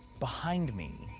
behind me?